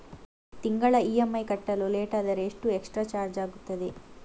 ತಿಂಗಳ ಇ.ಎಂ.ಐ ಕಟ್ಟಲು ಲೇಟಾದರೆ ಎಷ್ಟು ಎಕ್ಸ್ಟ್ರಾ ಚಾರ್ಜ್ ಆಗುತ್ತದೆ?